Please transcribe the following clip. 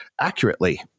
accurately